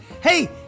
Hey